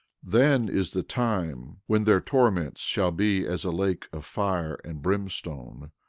then is the time when their torments shall be as a lake of fire and brimstone,